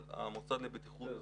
אבל המוסד לבטיחות --- לא,